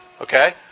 Okay